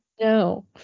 No